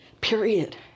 period